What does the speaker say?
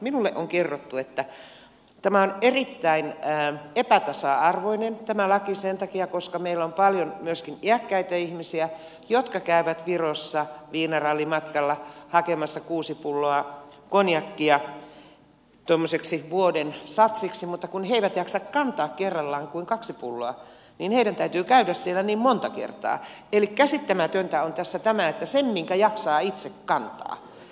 minulle on kerrottu että tämä laki on erittäin epätasa arvoinen sen takia koska meillä on paljon myöskin iäkkäitä ihmisiä jotka käyvät virossa viinarallimatkalla hakemassa kuusi pulloa konjakkia tuommoiseksi vuoden satsiksi mutta kun he eivät jaksa kantaa kerrallaan kuin kaksi pulloa niin heidän täytyy käydä siellä niin monta kertaa eli käsittämätöntä on tässä tämä että saa tuoda sen minkä jaksaa itse kantaa